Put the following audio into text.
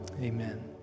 amen